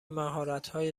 مهارتهای